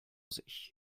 sich